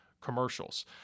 commercials